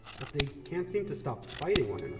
but they can't seem to stop fighting one and